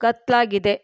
ಕತ್ತಲಾಗಿದೆ